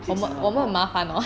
six seven o'clock